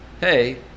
Hey